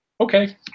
okay